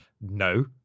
no